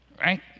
Right